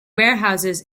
warehouses